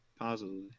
positively